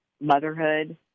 motherhood